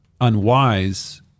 unwise